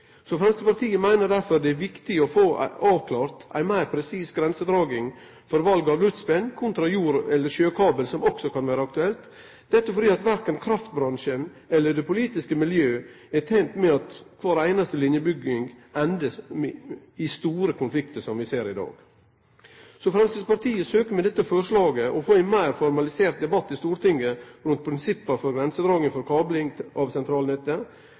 Så Framstegspartiet meiner derfor det er viktig å få avklart ei meir presis grensedraging for val av luftspenn kontra jord- eller sjøkabel, som også kan vere aktuelt – dette fordi korkje kraftbransjen eller det politiske miljøet er tent med at kvar einaste linjebygging endar i store konfliktar, slik vi ser i dag. Framstegspartiet søkjer med dette forslaget å få ein meir formalisert debatt i Stortinget rundt prinsippa for grensedraging for kabling av sentralnettet,